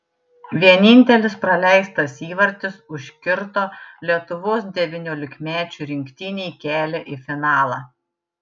vienintelis praleistas įvartis užkirto lietuvos devyniolikmečių rinktinei kelią į finalą